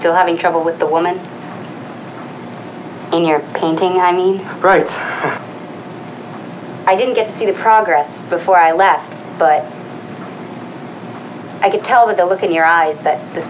still having trouble with the woman in here painting i mean right i didn't get to see the progress before i left but i could tell that the look in your eyes that the